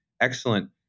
excellent